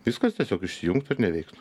viskas tiesiog išsijungtų ir neveiktų